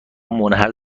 منحل